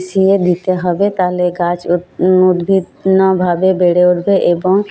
মিশিয়ে দিতে হবে তাহলে গাছ উদ উদ্ভিদ কোনোভাবে বেড়ে উঠবে এবং